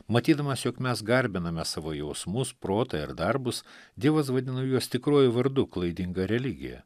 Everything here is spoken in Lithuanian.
matydamas jog mes garbiname savo jausmus protą ir darbus dievas vadina juos tikruoju vardu klaidinga religija